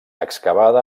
excavada